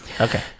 Okay